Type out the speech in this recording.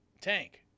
Tank